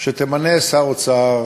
שתמנה שר אוצר